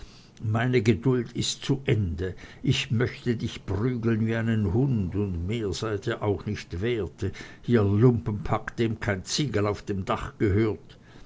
meine geduld ist zu ende ich möchte dich prügeln wie einen hund und mehr seid ihr auch nicht wert ihr lumpenpack dem kein ziegel auf dem dach gehört